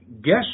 guess